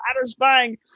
satisfying